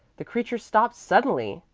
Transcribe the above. the creature stopped suddenly,